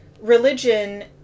religion